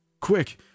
Quick